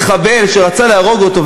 שרצה להרוג אותו,